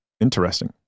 interesting